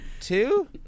Two